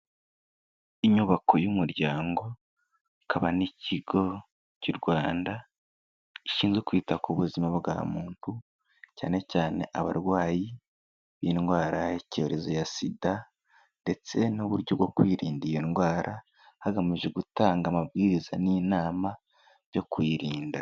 Inyubako y'umuryango, ikaba n'ikigo cy'u Rwanda gishinzwe kwita ku buzima bwa muntu, cyane cyane abarwayi b'indwara y'icyorezo ya Sida, ndetse n'uburyo bwo kwirinda iyo ndwara hagamije gutanga amabwiriza n'inama byo kuyirinda.